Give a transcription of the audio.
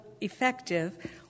effective